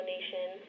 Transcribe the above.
Nation